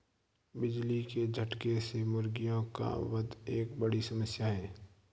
बिजली के झटके से मुर्गियों का वध एक बड़ी समस्या है